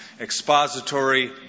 expository